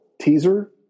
teaser